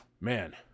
man